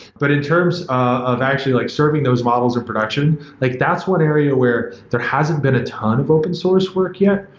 but in terms of actually like serving those models in production, like that's one area where there hasn't been a ton of open source work yet,